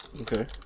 Okay